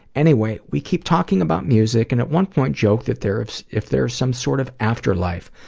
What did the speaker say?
anyway, we keep talking about music and at one point, joked that there if if there is some sort of afterlife,